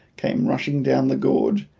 came rushing down the gorge,